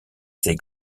ses